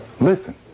listen